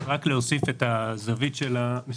אני רק רוצה להוסיף את הזווית של המשרד